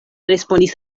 respondis